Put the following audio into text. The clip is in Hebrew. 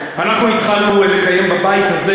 התחלנו לקיים בבית הזה,